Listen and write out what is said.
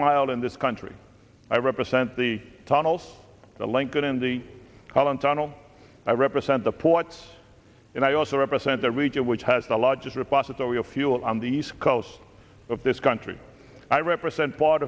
in this country i represent the tunnels the lincoln and the holland tunnel i represent the ports and i also represent the region which has the largest repository of fuel on the east coast of this country i represent part